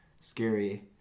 scary